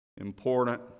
important